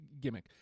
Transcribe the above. gimmick